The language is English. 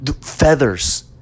feathers